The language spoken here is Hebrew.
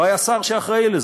לא היה שר שיהיה אחראי לזה.